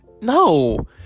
No